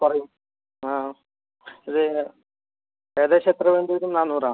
കുറയും ആ ഇത് ഏകദേശം എത്ര വേണ്ടി വരും നാനൂറോ